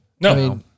No